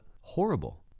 horrible